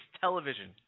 television